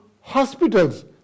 hospitals